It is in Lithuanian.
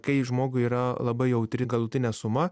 kai žmogui yra labai jautri galutinė suma